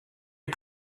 est